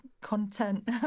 content